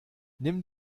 nimm